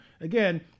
again